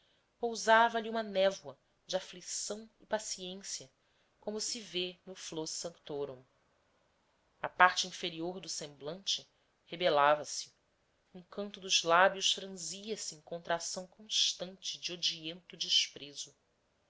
supercílios pousava lhe uma névoa de aflição e paciência como se vê no flos sanctorum a parte inferior do semblante rebelava se um canto dos lábios franzia se em contração constante de odiento desprezo